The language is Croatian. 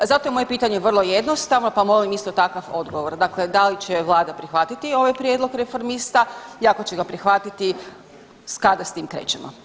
Zato je moje pitanje vrlo jednostavno, pa molim isto takav odgovor, dakle da li će vlada prihvatiti ovaj prijedlog Reformista i ako će ga prihvatiti kada s tim krećemo?